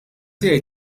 tiegħi